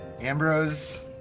Ambrose